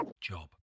job